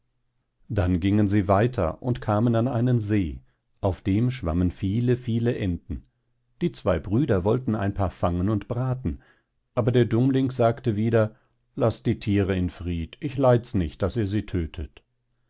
dann gingen sie weiter und kamen an einen see auf dem schwammen viele viele enten die zwei brüder wollten ein paar fangen und braten aber der dummling sagte wieder laßt die thiere in fried ich leids nicht daß ihr sie tödtet